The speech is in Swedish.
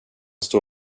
stå